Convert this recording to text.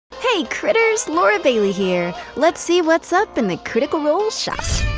hey, critters, laura bailey here. let's see what's up in the critical role shop.